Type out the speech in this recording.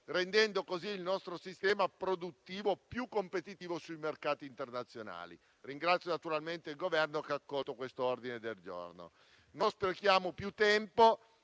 rendendo così il nostro sistema produttivo più competitivo sui mercati internazionali. Ringrazio naturalmente il Governo, che ha accolto quest'ordine del giorno. Non sprechiamo più tempo.